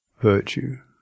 virtue